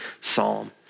psalm